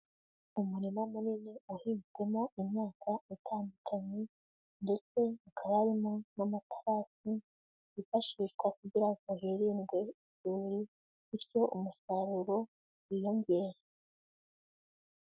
Umurima munini uhinzwemo imyaka itandukanye, ndetse hakaba harimo n'amaterasi yifashishwa kugira ngo hirindwe isuri, bityo umusaruro wiyongere.